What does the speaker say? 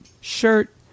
shirt